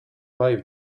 five